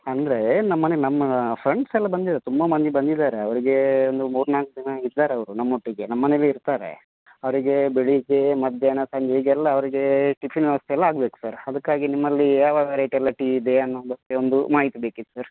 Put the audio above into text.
ಅಂದರೆ ನಮ್ಮನೆಗೆ ನಮ್ಮ ಫ್ರೆಂಡ್ಸ್ ಎಲ್ಲ ಬಂದಿದ್ರು ತುಂಬ ಮಂದಿ ಬಂದಿದ್ದಾರೆ ಅವ್ರಿಗೆ ಒಂದು ಮೂರು ನಾಲ್ಕು ದಿನ ಇದ್ದಾರೆ ಅವರು ನಮ್ಮೊಟ್ಟಿಗೆ ನಮ್ಮನೇಲೆ ಇರ್ತಾರೆ ಅವರಿಗೆ ಬೆಳಿಗ್ಗೆ ಮಧ್ಯಾಹ್ನ ಸಂಜೆ ಹೀಗೆಲ್ಲ ಅವ್ರಿಗೆ ಟಿಫಿನ್ ವ್ಯವಸ್ಥೆ ಎಲ್ಲ ಆಗ್ಬೇಕು ಸರ್ ಅದಕ್ಕಾಗಿ ನಿಮ್ಮಲ್ಲಿ ಯಾವ ವೆರೈಟಿ ಎಲ್ಲ ಟೀ ಇದೆ ಅನ್ನೋದಕ್ಕೆ ಒಂದು ಮಾಹಿತಿ ಬೇಕಿತ್ತು ಸರ್